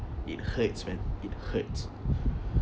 it hurts man it hurts